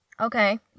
okay